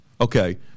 okay